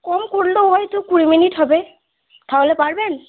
কম করলেও হয়তো কুড়ি মিনিট হবে তাহলে পারবেন